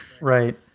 Right